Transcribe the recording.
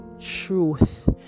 truth